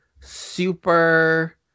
super